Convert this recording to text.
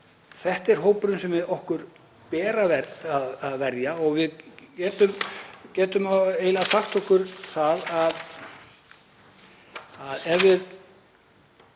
þetta er hópurinn sem okkur ber að verja. Við getum eiginlega sagt okkur það að ef við